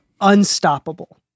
unstoppable